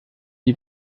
die